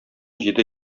җиде